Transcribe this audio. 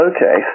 Okay